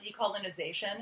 decolonization